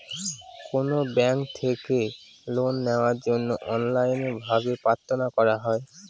কোনো ব্যাঙ্ক থেকে লোন নেওয়ার জন্য অনলাইনে ভাবে প্রার্থনা করা হয়